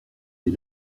des